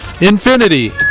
Infinity